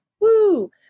Woo